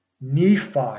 Nephi